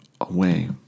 away